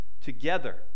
together